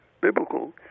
biblical